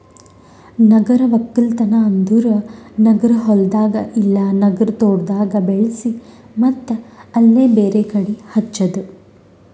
ನಗರ ಒಕ್ಕಲ್ತನ್ ಅಂದುರ್ ನಗರ ಹೊಲ್ದಾಗ್ ಇಲ್ಲಾ ನಗರ ತೋಟದಾಗ್ ಬೆಳಿಸಿ ಮತ್ತ್ ಅಲ್ಲೇ ಬೇರೆ ಕಡಿ ಹಚ್ಚದು